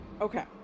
Okay